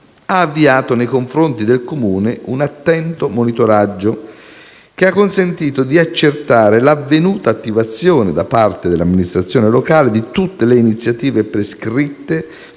ha avviato nei confronti del Comune un attento monitoraggio che ha consentito di accertare l'avvenuta attivazione da parte dell'amministrazione locale di tutte le iniziative prescritte